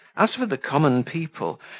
as for the common people,